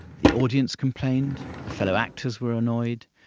the audience complained, the fellow actors were annoyed,